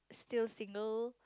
still single